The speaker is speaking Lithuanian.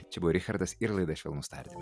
čia buvo richardas ir laida švelnūs tardy